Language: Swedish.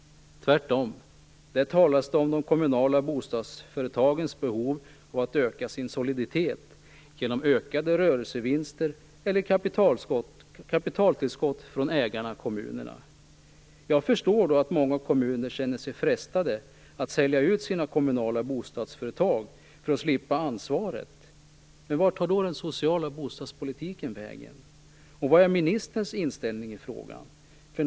Tvärtom talas det där om de kommunala bostadsföretagens behov av att öka sin soliditet genom ökade rörelsevinster eller kapitaltillskott från ägarna, dvs. kommunerna. Jag förstår att många kommuner då känner sig frestade att sälja ut sina bostadsföretag för att slippa ansvaret. Men vart tar då den sociala bostadspolitiken vägen? Vad är ministerns inställning i frågan?